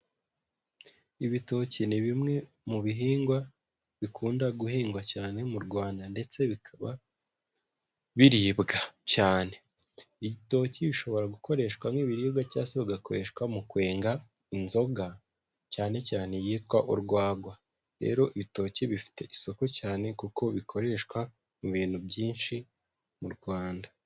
Ibitoki ni bimwe mu bihingwa bikunda guhingwa cyane mu Rwanda ndetse bikaba biribwa cyane, ibitoki bishobora gukoreshwa nk'ibiribwa cyangwa bigakoreshwa mu kwenga inzoga cyane cyane iyitwa urwagwa, rero ibitoki bifite isoko cyane kuko bikoreshwa mu bintu byinshi mu Rwanda.